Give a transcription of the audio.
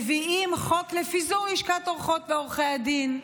מביאים חוק לפיזור לשכת עורכות ועורכי הדין.